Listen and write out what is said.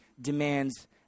demands